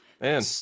man